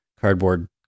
cardboard